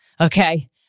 okay